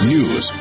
News